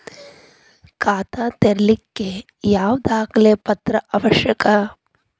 ಖಾತಾ ತೆರಿಲಿಕ್ಕೆ ಯಾವ ದಾಖಲೆ ಪತ್ರ ಅವಶ್ಯಕ?